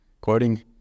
quoting